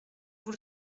vous